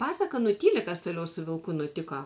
pasaka nutyli kas toliau su vilku nutiko